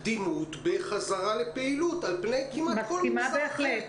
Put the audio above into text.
קדימות בחזרה לפעילות על פני כל מגזר אחר.